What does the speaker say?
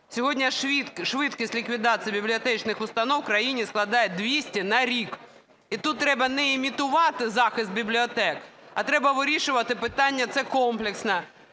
Сьогодні швидкість ліквідації бібліотечних установ в країні складає 200 на рік. І тут треба не імітувати захист бібліотек, а треба вирішувати питання це комплексно,